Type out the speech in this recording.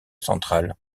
centrale